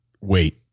wait